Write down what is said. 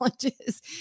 challenges